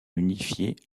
unifier